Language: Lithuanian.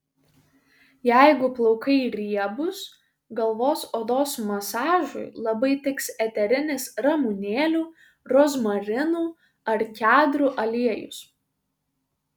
jeigu plaukai riebūs galvos odos masažui labai tiks eterinis ramunėlių rozmarinų ar kedrų aliejus